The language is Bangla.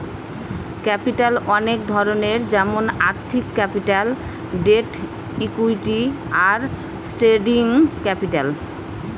ক্যাপিটাল অনেক ধরনের যেমন আর্থিক ক্যাপিটাল, ডেট, ইকুইটি, আর ট্রেডিং ক্যাপিটাল